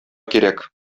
кирәк